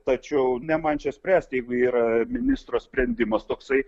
tačiau ne man čia spręsti jeigu yra ministro sprendimas toksai